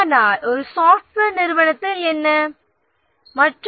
ஆனால் ஒரு சாப்ட்வேர் நிறுவனத்தில் எப்படி நடக்கிறது